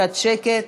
קצת שקט.